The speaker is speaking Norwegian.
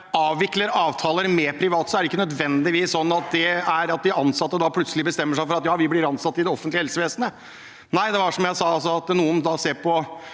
avvikler avtaler med private, er det ikke nødvendigvis sånn at de ansatte da plutselig bestemmer seg for å bli ansatt i det offentlige helsevesenet. Som jeg sa, er det da noen som ser på